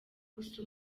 gusa